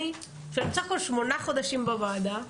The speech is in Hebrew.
שאני בסך הכול שמונה חודשים בוועדה,